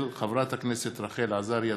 של חברת הכנסת רחל עזריה.